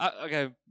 Okay